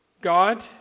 God